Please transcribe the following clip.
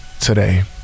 today